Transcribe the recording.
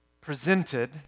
presented